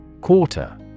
Quarter